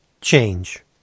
change